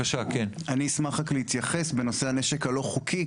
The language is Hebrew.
אשמח להתייחס בנושא הנשק הלא חוקי,